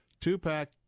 two-pack